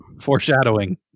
Foreshadowing